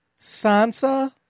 Sansa